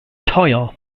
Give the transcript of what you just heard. teuer